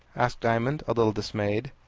asked diamond, a little dismayed.